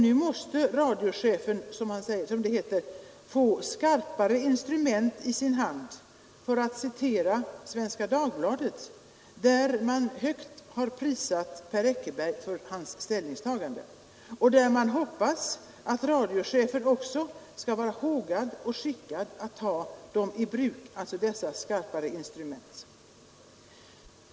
Nu måste radiochefen, som det heter, få ”skarpare instrument i sin hand”, för att citera Svenska Dagbladet, där man har prisat Per Eckerberg för hans ställningstagande och där man hoppas att radiochefen också ”skall vara hågad och skickad att ta dem i bruk” — alltså dessa skarpare instrument.